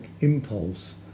impulse